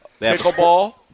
Pickleball